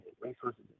resources